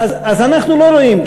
אז אנחנו לא רואים,